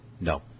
No